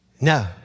No